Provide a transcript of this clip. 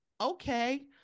Okay